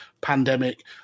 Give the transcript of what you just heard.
pandemic